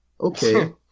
Okay